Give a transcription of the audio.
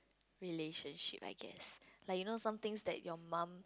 relationship I guess like you know some things that your mum